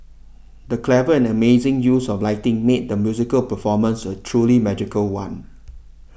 the clever and amazing use of lighting made the musical performance a truly magical one